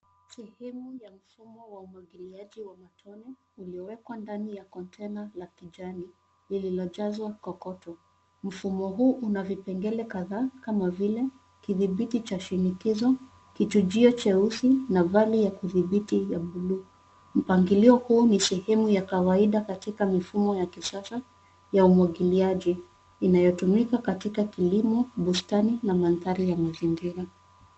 Sehemu ya mfumo wa umwagiliaji wa matone, uliowekwa ndani ya container kontaina la kijani lililojazwa kokoto. Mfumo huu una vipengele kadhaa kama vile: kidhibiti cha shinikizo, kichujio cheusi na valve ya kudhibiti ya buluu. Mpangilio huo ni sehemu ya kawaida katika mifumo ya kisasa ya umwagiliaji, inayotumika katika kilimo, bustani na mandhari ya mazingira.